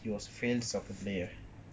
he was a fail soccer player